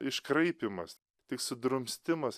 iškraipymas tik sudrumstimas